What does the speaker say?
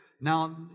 Now